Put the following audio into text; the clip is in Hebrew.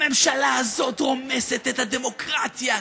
הממשלה הזאת רומסת את הדמוקרטיה,